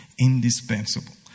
indispensable